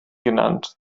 genannt